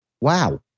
wow